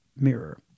mirror